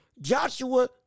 Joshua